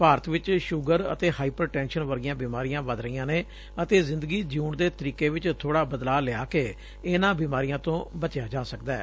ਭਾਰਤ ਵਿਚ ਸੁਗਰ ਅਤੇ hypertension ਵਰਗੀਆਂ ਬਿਮਾਰੀਆਂ ਵਧ ਰਹੀਆਂ ਨੇ ਅਤੇ ਜਿੰਦਗੀ ਜਿਉਣ ਦੇ ਤਰੀਕੇ ਚ ਬੋੜਾ ਬਦਲਾਅ ਲਿਆ ਕੇ ਇਨਾਂ ਬਿਮਾਰੀਆਂ ਤੋਂ ਬਚਿਆ ਜਾ ਸਕਦੈ